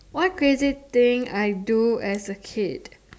what crazy thing I do as a kid